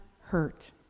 hurt